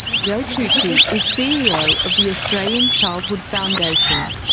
joe tucci is ceo of the australian childhood foundation.